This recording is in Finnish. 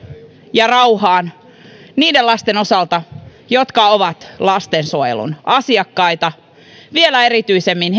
ja rauhaan niiden lasten osalta jotka ovat lastensuojelun asiakkaita vielä erityisemmin